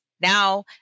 Now